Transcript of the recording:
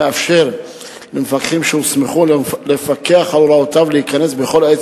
מאפשר למפקחים שהוסמכו לפקח על הוראותיו להיכנס בכל עת